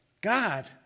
God